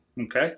Okay